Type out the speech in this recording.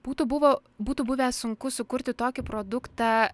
būtų buvo būtų buvę sunku sukurti tokį produktą